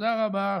תודה רבה,